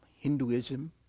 Hinduism